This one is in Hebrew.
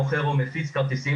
מוכר או מפיץ כרטיסים,